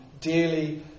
dearly